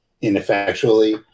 ineffectually